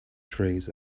trees